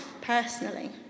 personally